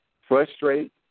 frustrate